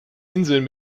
inseln